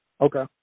Okay